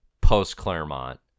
post-Claremont